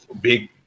big